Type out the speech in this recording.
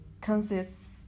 consists